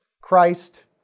Christ